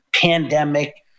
pandemic